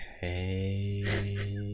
Hey